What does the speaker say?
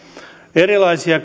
erilaisissa